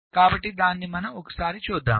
కాబట్టి దానిని ఒకసారి చూద్దాం